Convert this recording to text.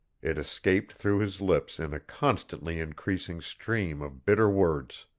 it escaped through his lips in a constantly increasing stream of bitter words.